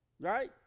Right